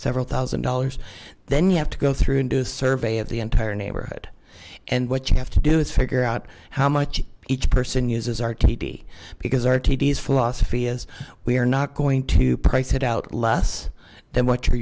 several thousand dollars then you have to go through and do a survey of the entire neighborhood and what you have to do is figure out how much each person uses our tv because our tvs philosophy is we are not going to price it out less than what your